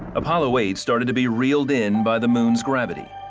apollo eight started to be reeled in by the moons gravity.